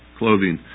clothing